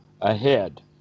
ahead